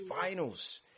Finals